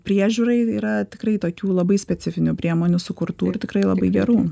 priežiūrai yra tikrai tokių labai specifinių priemonių sukurtų ir tikrai labai gerų